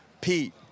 Pete